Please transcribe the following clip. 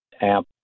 amp